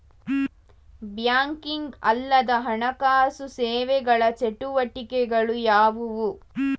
Banking ಅಲ್ಲದ ಹಣಕಾಸು ಸೇವೆಗಳ ಚಟುವಟಿಕೆಗಳು ಯಾವುವು?